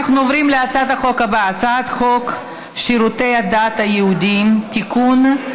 אנחנו עוברים להצעת החוק הבאה: הצעת חוק שירותי הדת היהודיים (תיקון,